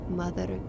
mother